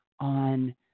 on